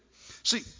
See